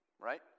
right